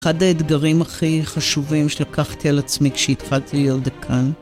אחד האתגרים הכי חשובים שלקחתי על עצמי כשהתחלתי להיות דיקאן